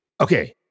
Okay